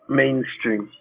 mainstream